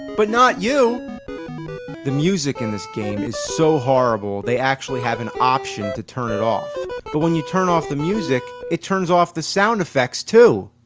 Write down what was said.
but not you! the music in this game is so horrible, they actually have an option to turn it off. but when you turn off the music, it turns off the sound effects too.